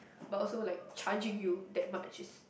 but also like charging you that much is